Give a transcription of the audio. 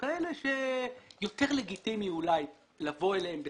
כאלה שיותר לגיטימי אולי לבוא אליהם בטענה.